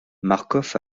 marcof